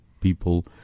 people